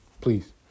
Please